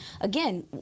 again